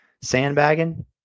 sandbagging